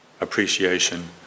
appreciation